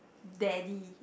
daddy